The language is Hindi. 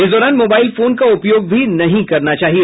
इस दौरान मोबाईल फोन का उपयोग भी नहीं करना चाहिए